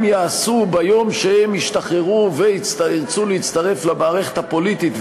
יעשו ביום שהם ישתחררו וירצו להצטרף למערכת הפוליטית,